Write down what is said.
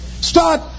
Start